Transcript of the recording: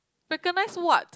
recognise what